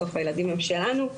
בסוף הילדים הם שלנו.